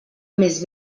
més